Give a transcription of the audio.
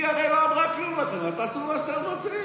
היא הרי לא אמרה לכם כלום, אז תעשו מה שאתם רוצים.